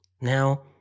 Now